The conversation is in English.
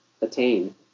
attain